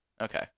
Okay